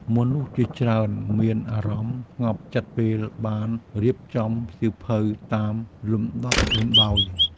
មនុស្សជាច្រើនមានអារម្មណ៍ស្ងប់ចិត្ត ពេលបានរៀបចំសៀវភៅតាមលំដាប់លំដោយ។